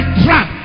trap